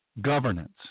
governance